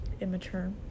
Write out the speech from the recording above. immature